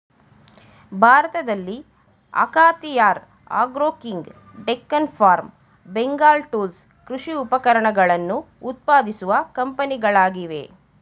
ಭಾರತದಲ್ಲಿ ಅಖಾತಿಯಾರ್ agro king, Deccan farm, Bengal tools ಕೃಷಿ ಉಪಕರಣಗಳನ್ನು ಉತ್ಪಾದಿಸುವ ಕಂಪನಿಗಳಾಗಿವೆ